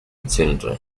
children